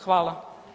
Hvala.